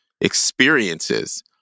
experiences